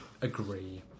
agree